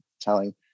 telling